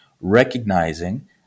recognizing